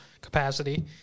capacity